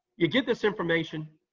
you get this information,